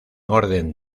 orden